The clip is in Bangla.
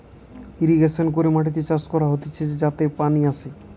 ইরিগেশন করে মাটিতে চাষ করা হতিছে যাতে পানি আসে